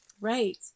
right